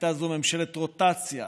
הייתה זו ממשלת רוטציה